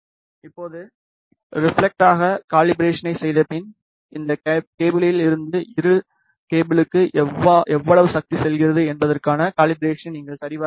இப்போது ரெபிளெக்ட்காக கலிபராசனை செய்தபின் இந்த கேபிளில் இருந்து இந்த கேபிளுக்கு எவ்வளவு சக்தி செல்கிறது என்பதற்கான கலிபராசனை நீங்கள் சரிபார்க்க வேண்டும்